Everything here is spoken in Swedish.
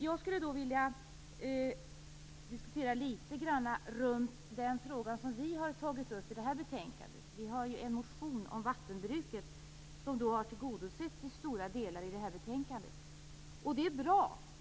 Jag skulle vilja diskutera litet grand runt den fråga som vi har tagit upp i det här betänkandet. Vi har en motion om vattenbruket som i stora delar har tillgodosetts i betänkandet. Det är bra.